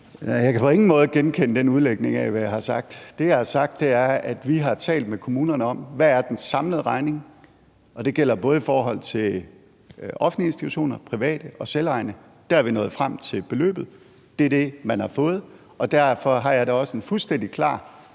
Jeg kan på ingen måde genkende den udlægning af, hvad jeg har sagt. Det, jeg har sagt, er, at vi har talt med kommunerne om, hvad den samlede regning er, og det gælder både i forhold til offentlige institutioner, private institutioner og selvejende institutioner. Der er vi nået frem til beløbet. Det er det, man har fået. Derfor har jeg da også en fuldstændig klar